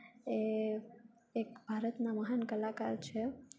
એ એક ભારતના મહાન કલાકાર છે